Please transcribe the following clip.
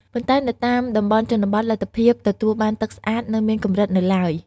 ប៉ុន្តែនៅតាមតំបន់ជនបទ លទ្ធភាពទទួលបានទឹកស្អាតនៅមានកម្រិតនៅឡើយ។